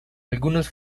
algunos